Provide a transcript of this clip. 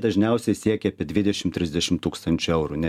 dažniausiai siekia apie dvidešim trisdešim tūkstančių eurų ne